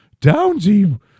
Downsy